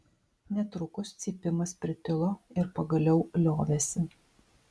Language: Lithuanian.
netrukus cypimas pritilo ir pagaliau liovėsi